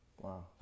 Wow